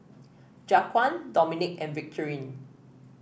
Jaquan Dominque and Victorine